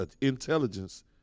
intelligence